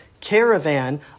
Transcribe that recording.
caravan